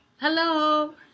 Hello